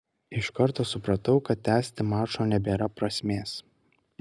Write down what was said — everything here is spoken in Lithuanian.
iš karto supratau kad tęsti mačo nebėra prasmės